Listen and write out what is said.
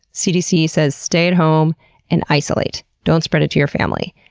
cdc says stay at home and isolate. don't spread it to your family.